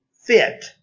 fit